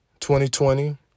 2020